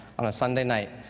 on a sunday night.